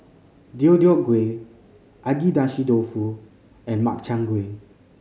Deodeok Gui Agedashi Dofu and Makchang Gui